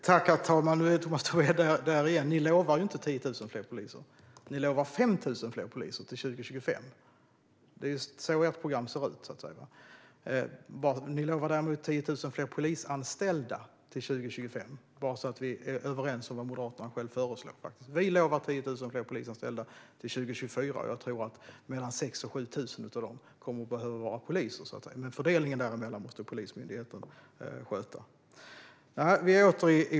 Herr talman! Nu är Tomas Tobé där igen: Ni lovar inte 10 000 fler poliser. Ni lovar 5 000 fler poliser till 2025. Det är så ert program ser ut. Ni lovade däremot 10 000 fler polisanställda till 2025. Jag påpekar det så att vi är överens om vad Moderaterna själva föreslår. Vi lovar 10 000 fler polisanställda till 2024, och jag tror att mellan 6 000 och 7 000 av dem kommer att behöva vara poliser. Men den fördelningen måste Polismyndigheten sköta.